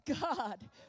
God